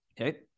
okay